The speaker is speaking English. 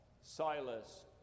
Silas